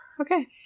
okay